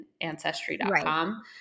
Ancestry.com